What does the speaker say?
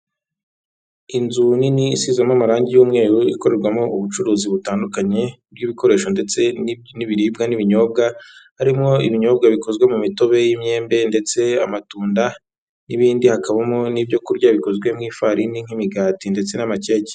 Inzu nini isizemo amarangi y'umweru, ikorerwamo ubucuruzi butandukanye, bw'ibikoresho ndetse n'ibiribwa n'ibinyobwa, harimo ibinyobwa bikozwe mu mitobe y'imyembe, ndetse amatunda n'ibindi, hakabamo n'ibyo kurya bikozwe mu ifarini nk'imigati, ndetse n'ama keke.